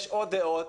יש עוד דעות.